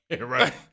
Right